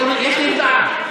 יש לי הודעה.